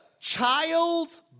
child's